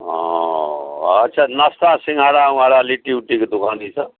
ओ अच्छा तऽ नाश्ता सिँघाड़ा उँघाड़ा लिट्टी उट्टीके दोकान ई सब